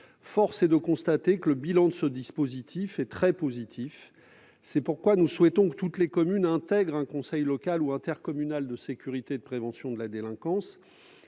Force est de constater que le bilan de ce dispositif est très positif. C'est pourquoi nous souhaitons que toutes les communes intègrent un conseil local ou intercommunal de sécurité et de prévention de la délinquance,